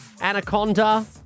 Anaconda